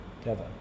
together